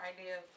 idea